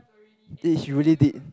eh she really did